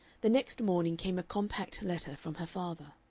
the next morning came a compact letter from her father.